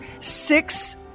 six